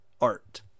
art